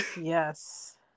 yes